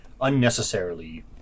unnecessarily